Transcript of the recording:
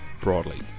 broadly